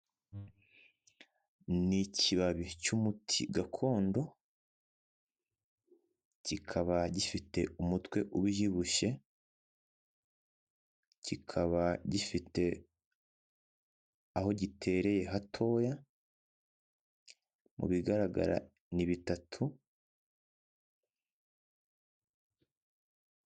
Ni ikibabi cy'umuti gakondo, kikaba gifite umutwe ubyibushye, kikaba gifite aho gitereye hatoya, mu bigaragara ni bitatu.